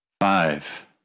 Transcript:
five